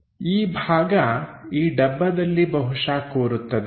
ಈ ಭಾಗ ಈ ಡಬ್ಬದಲ್ಲಿ ಬಹುಶಃ ಕೂರುತ್ತದೆ